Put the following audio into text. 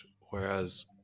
Whereas